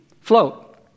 float